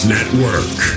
Network